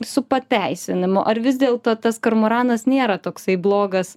su pateisinimu ar vis dėlto tas kormoranas nėra toksai blogas